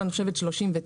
אני חושבת מסלול 39,